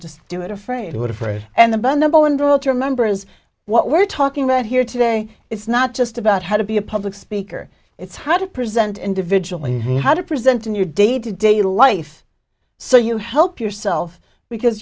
just do it afraid of what fred and the bun number one rule to remember is what we're talking about here today it's not just about how to be a public speaker it's how to present individually how to present in your day to day life so you help yourself because